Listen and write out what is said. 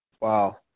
Wow